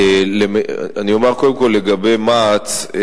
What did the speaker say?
אני אומר קודם כול לגבי מע"צ.